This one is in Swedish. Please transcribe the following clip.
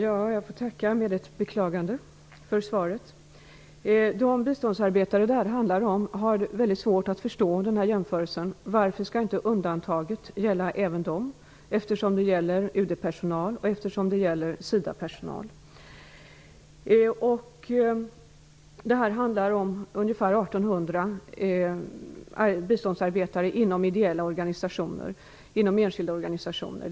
Fru talman! Jag tackar med ett beklagande för svaret. De biståndsarbetare som detta handlar om har mycket svårt att förstå den här jämförelsen. Varför skall inte undantaget gälla även dem när det gäller UD och SIDA-personal? Detta handlar om ungefär 1 800 biståndsarbetare inom enskilda ideella organisationer.